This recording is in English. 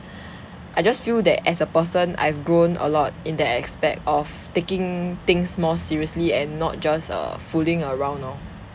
I just feel that as a person I've grown a lot in that aspect of taking things more seriously and not just err fooling around lor